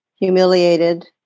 humiliated